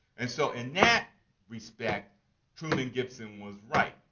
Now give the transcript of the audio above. and so in that respect truman gibson was right.